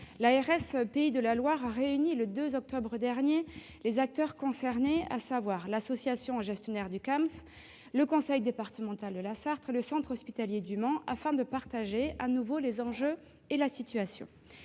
L'ARS Pays de la Loire a réuni, le 2 octobre dernier, les acteurs concernés, à savoir, l'association gestionnaire du Camsp, le conseil départemental de la Sarthe et le centre hospitalier du Mans, afin de discuter à nouveau des enjeux et de la situation.